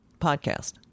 podcast